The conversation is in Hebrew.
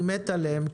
אני מת עליהם,